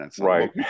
Right